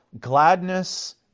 gladness